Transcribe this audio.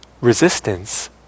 resistance